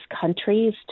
countries